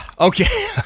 Okay